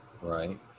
Right